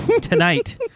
tonight